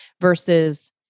versus